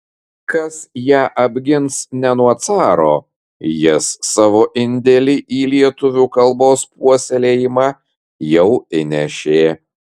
kas ją apgins ne nuo caro jis savo indėlį į lietuvių kalbos puoselėjimą jau įnešė